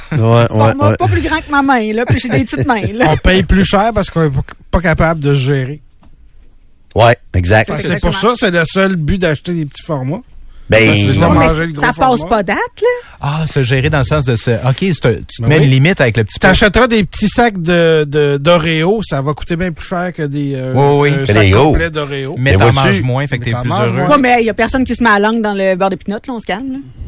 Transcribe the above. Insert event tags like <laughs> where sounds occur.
Ouais, ouais, Format ouais. pas plus grand que ma main, là, puis j'ai des petites mains, là. <laughs> On paye plus cher parce qu'on est p- pas capable de se gérer. Ouais, exact. Ben, C'est c'est pour exactement ça, ça. c'est le seul but d'acheter des petits formats. Ben, Parce que tu vas Ouais, mais manger le gros ça passe format. pas date, là. Ah, se gérer dans le sens de se- ok, c'est- tu te Ben mets une oui. limite avec le petit- T'achèteras petit- des petits sacs de- de- d'Oreo, ça va coûter bien plus cher que des, euh, Oui, oui. un Que sac des gros. complet d'Oreo. Mais Mais t'en vois-tu- manges moins, fait que Mais t'es t'en plus manges heureux. Ouais, moins. mais, hey, y a personne qui se met la langue dans le beurre de pinottes, là, on se calme, là.